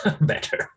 better